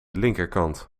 linkerkant